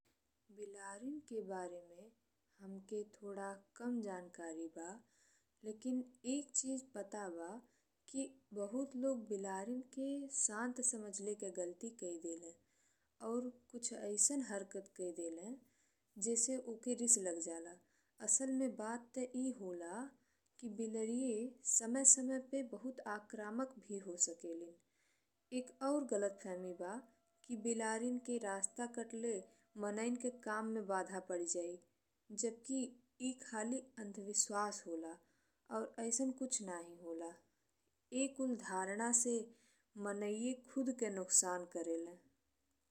बिलार के बारे में हमके थोड़ा कम जानकारी बा, लेकिन एक चीज हमके पता बा कि बहुत लोग बिलारिन के संत समझले के गलती कई देले और कुछ अइसन हरकत कई देले जेसे ओके रीस लग जाला। असल में बात ते ई होला कि बिलारिये समय-समय पे बहुत आक्रमक भी हो सकेलिन। एक और गलतफहमी बा कि बिलारिन के रास्ता कटले माने के काम में बाधा पड़ी जाइ जबकि ई खाली अंधविश्वास होला और अइसन कुछ नहीं होला। ई कुल धारणा से मनाई खुद के नुकसान करेले।